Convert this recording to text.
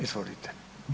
Izvolite.